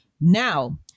Now